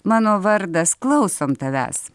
mano vardas klausom tavęs